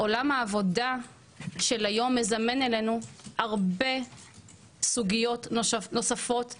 עולם העבודה היום מזמן סוגיות נוספות דרמטיות.